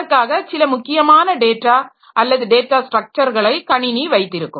இதற்காக சில முக்கியமான டேட்டா அல்லது டேட்டா ஸ்ட்ரக்சர்களை கணினி வைத்திருக்கும்